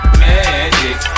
magic